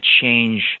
change